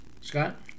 Scott